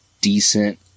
decent